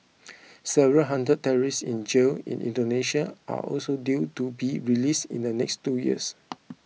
several hundred terrorists in jail in Indonesia are also due to be released in the next two years